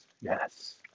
Yes